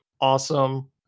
Awesome